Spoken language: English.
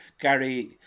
Gary